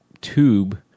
tube